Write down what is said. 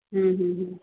হুম হুম হুম